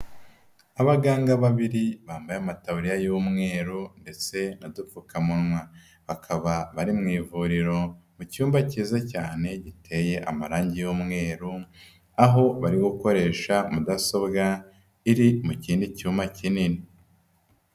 Abaganga babiri bambaye amataburiya y'umweru ndetse n'udupfukamunwa. Bakaba bari mu ivuriro mu cyumba cyiza cyane giteye amarangi y'umweru, aho bari gukoresha mudasobwa iri mu kindi cyuma kinini.